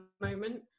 moment